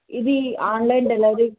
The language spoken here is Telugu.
ఇది ఆన్లైన్ డెలివరీ